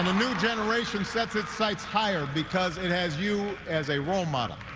new generation sets its sights higher because it has you as a role model.